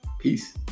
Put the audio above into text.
Peace